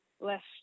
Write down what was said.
left